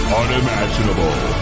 unimaginable